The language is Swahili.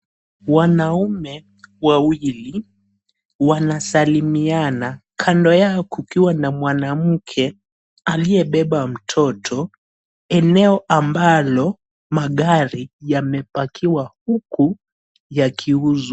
Wanaume wawili wanasalimiana, kando yao kukiwa na mwanamke aliyebeba mtoto, ambalo magari yamepakiwa huku yakiuzwa.